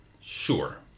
Sure